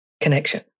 connection